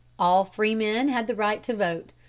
all freemen had the right to vote.